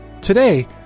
Today